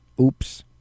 Oops